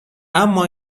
اما